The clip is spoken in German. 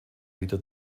wieder